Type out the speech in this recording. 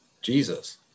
Jesus